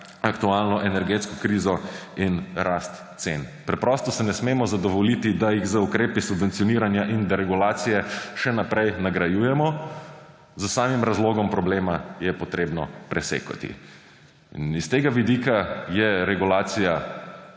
aktualno energetsko krizo in rast cen. Preprosto se ne smemo zadovoljiti, da jih z ukrepi subvencioniranja in deregulacije še naprej nagrajujemo, s samim razlogom problema je treba presekati. S tega vidika je regulacija